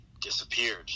disappeared